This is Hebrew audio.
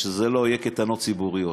ושאלו לא יהיו קייטנות ציבוריות.